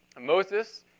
Moses